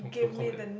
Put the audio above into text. don't call me that